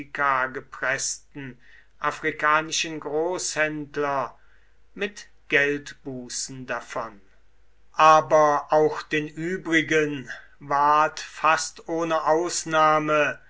gepreßten afrikanischen großhändler mit geldbußen davon aber auch den übrigen ward fast ohne ausnahme